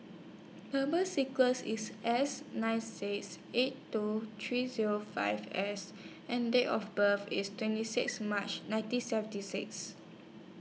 Number sequence IS S nine six eight two three Zero five S and Date of birth IS twenty six March nineteen seventy six